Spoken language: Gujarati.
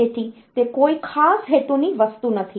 તેથી તે કોઈ ખાસ હેતુની વસ્તુ નથી